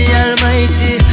almighty